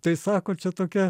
tai sako čia tokia